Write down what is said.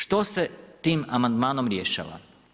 Što se tim amandman rješava?